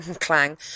Clang